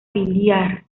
biliar